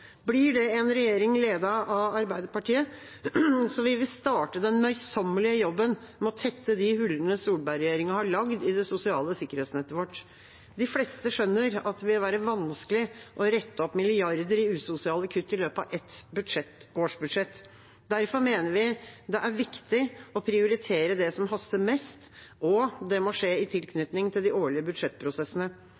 Blir det en regjering ledet av Arbeiderpartiet, vil vi starte den møysommelige jobben med å tette de hullene Solberg-regjeringa har lagd i det sosiale sikkerhetsnettet vårt. De fleste skjønner at det vil være vanskelig å rette opp milliarder i usosiale kutt i løpet av ett årsbudsjett. Derfor mener vi det er viktig å prioritere det som haster mest, og det må skje i